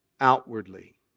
outwardly